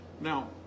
Now